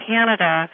Canada